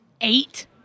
eight